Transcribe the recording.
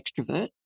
extrovert